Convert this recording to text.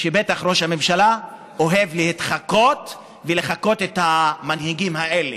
בטח ראש הממשלה אוהב לחקות את המנהיגים האלה: